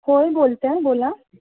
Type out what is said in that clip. होय बोलत आहे बोला